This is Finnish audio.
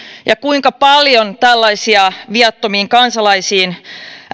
ja kuinka paljon tällaisia viattomiin kansalaisiin